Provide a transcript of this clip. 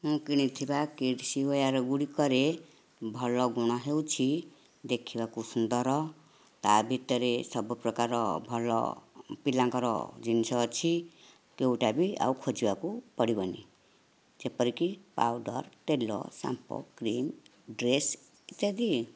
ମୁଁ କିଣିଥିବା kids wear ଗୁଡ଼ିକରେ ଭଲଗୁଣ ହେଉଛି ଦେଖିବାକୁ ସୁନ୍ଦର ତା ଭିତରେ ସବୁପ୍ରକାର ଭଲ ପିଲାଙ୍କର ଜିନିଷ ଅଛି କେଉଁଟା ବି ଆଉ ଖୋଜିବାକୁ ପଡ଼ିବନି ଯେପରିକି ପାଉଡ଼ର ତେଲ ସାମ୍ପୋ କ୍ରିମ୍ ଡ୍ରେସ୍ ଇତ୍ୟାଦି